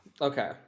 Okay